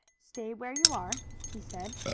stay where you are, he said.